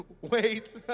Wait